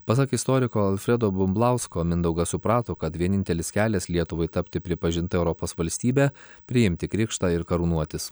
pasak istoriko alfredo bumblausko mindaugas suprato kad vienintelis kelias lietuvai tapti pripažinta europos valstybe priimti krikštą ir karūnuotis valstybei